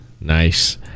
Nice